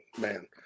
man